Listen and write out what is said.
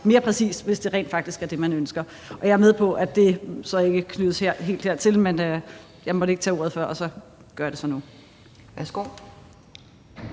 mere præcist, hvis det rent faktisk er det, man ønsker. Jeg er med på, at det så ikke er knyttet helt til det her, men jeg måtte ikke tage ordet før, så jeg gør det nu. Kl.